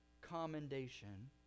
commendation